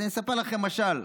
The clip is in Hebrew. אז אני אספר לכם משל.